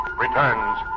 returns